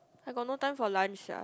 I got no time for lunch ah